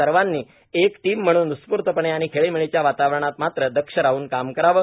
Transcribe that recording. सर्वांनी एक टीम म्हणून उत्स्फ्र्तपणे आणि खेळीमेळीच्या वातावरणात मात्र दक्ष राहन काम करावे